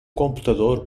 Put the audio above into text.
computador